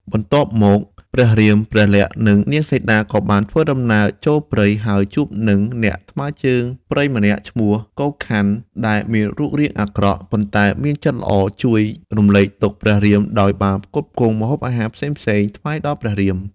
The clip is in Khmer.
បន្ទាប់មក ព្រះរាម ព្រះលក្សណ៍ និងនាងសីតា ក៏បានធ្វើដំណើរចូលព្រៃ ហើយជួបនឹងអ្នកថ្មើរព្រៃម្នាក់ឈ្មោះ កូខ័ន ដែលមានរូបរាងអាក្រក់ ប៉ុន្តែមានចិត្តល្អជួយរំលែកទុក្ខព្រះរាមដោយបានផ្គត់ផ្គង់ ម្ហូបអាហារផ្សេងៗថ្វាយដល់ព្រះរាម។